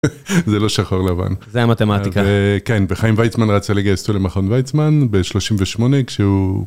זה לא שחור לבן. זה מתמטיקה. כן וחיים ויצמן רצה לגייס אותו למכון ויצמן ב־38 כשהוא...